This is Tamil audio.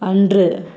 அன்று